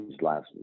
last